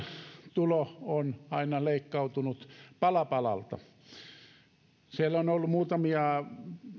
tulo on aina leikkautunut pala palalta näiden kahdenkymmenenviiden vuoden aikana on ollut muutamia